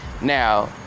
Now